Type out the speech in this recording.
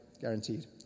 guaranteed